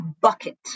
bucket